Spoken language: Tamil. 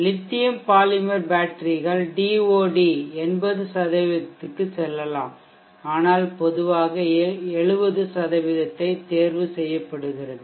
லித்தியம் பாலிமர் பேட்டரிகள் 80 க்கு செல்லலாம் ஆனால் பொதுவாக 70 தேர்வு செய்யப்படுகிறது